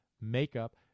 makeup